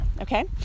okay